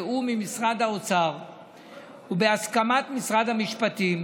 בתיאום עם משרד האוצר ובהסכמת משרד המשפטים,